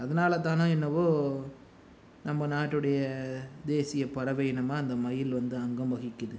அதனால் தானோ என்னவோ நம்ப நாட்டுடைய தேசிய பறவையினமாக அந்த மயில் வந்து அங்கம் வகிக்குது